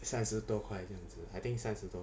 三十多块 I think 三十多